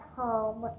home